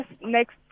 next